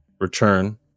return